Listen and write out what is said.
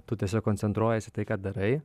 tu tiesiog koncentruojiesi į tai ką darai